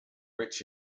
rich